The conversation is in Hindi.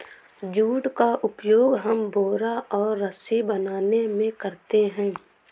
जूट का उपयोग हम बोरा और रस्सी बनाने में करते हैं